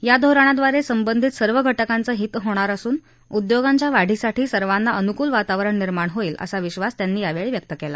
या धोरणाद्वारे संबंधित सर्व घटकांचं हित होणार असून उद्योगांच्या वाढीसाठी सर्वांना अनुकूल वातावरण निर्माण होईल असा विश्वास त्यांनी यावेळी व्यक्त केला